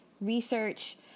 research